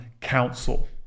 council